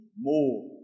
more